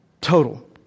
Total